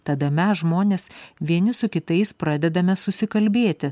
tada mes žmonės vieni su kitais pradedame susikalbėti